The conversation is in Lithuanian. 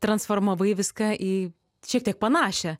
transformavai viską į šiek tiek panašią